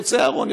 יוצא אהרן,